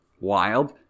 Wild